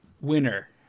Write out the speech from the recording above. winner